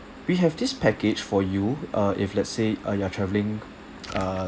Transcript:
we have this package for you uh if let's say uh you're travelling uh